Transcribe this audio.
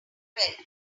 welch